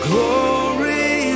Glory